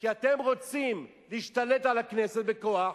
כי אתם רוצים להשתלט על הכנסת בכוח,